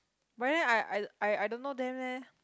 but then I I I don't know them leh